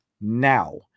now